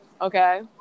Okay